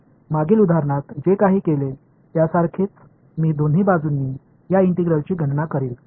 मागील उदाहरणात जे काही केले त्यासारखेच मी दोन्ही बाजूंनी या इंटिग्रलची गणना करीन